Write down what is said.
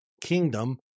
Kingdom